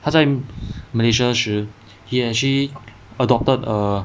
他在 malaysia 时 he actually adopted a